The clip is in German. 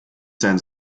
sein